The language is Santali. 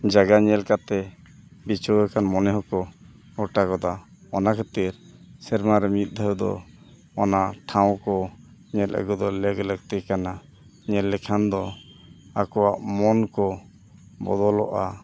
ᱡᱟᱭᱜᱟ ᱧᱮᱞ ᱠᱟᱛᱮᱫ ᱞᱤᱪᱟᱹᱲ ᱟᱠᱟᱱ ᱢᱚᱱᱮ ᱦᱚᱸᱠᱚ ᱜᱚᱴᱟ ᱜᱚᱫᱟ ᱚᱱᱟ ᱠᱷᱟᱹᱛᱤᱨ ᱥᱮᱨᱢᱟ ᱨᱮ ᱢᱤᱫ ᱫᱷᱟᱹᱣ ᱫᱚ ᱚᱱᱟ ᱴᱷᱟᱶ ᱠᱚ ᱧᱮᱞ ᱟᱹᱜᱩ ᱞᱮᱜᱽ ᱞᱟᱹᱠᱛᱤ ᱠᱟᱱᱟ ᱧᱮᱞ ᱞᱮᱠᱷᱟᱱ ᱫᱚ ᱟᱠᱚᱣᱟᱜ ᱢᱚᱱ ᱠᱚ ᱵᱚᱫᱚᱞᱚᱜᱼᱟ